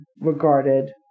regarded